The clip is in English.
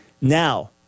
Now